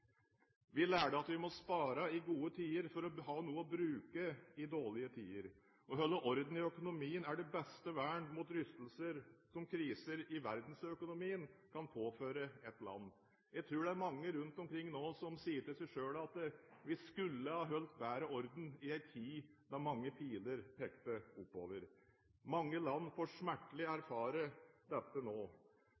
Vi lærte at vi må spare i gode tider for å ha noe å bruke i dårlige tider. Å holde orden i økonomien er det beste vern mot rystelser som kriser i verdensøkonomien kan påføre et land. Jeg tror det er mange rundt omkring nå som sier til seg selv at vi skulle ha holdt bedre orden i en tid da mange piler pekte oppover. Mange land får